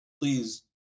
please